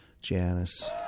Janice